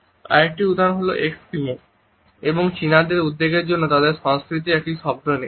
আরেকটি উদাহরণ হল এস্কিমো এবং চীনাদের উদ্বেগের জন্য তাদের সংস্কৃতির একটি শব্দ নেই